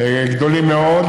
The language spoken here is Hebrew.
גדולים מאוד,